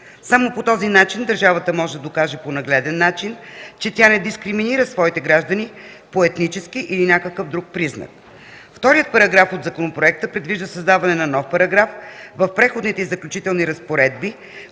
Само по този начин държавата може да докаже по нагледен начин, че тя не дискриминира своите граждани по етнически или някакъв друг признак. Вторият параграф от законопроекта предвижда създаването на нов параграф в Преходните и заключителни разпоредби,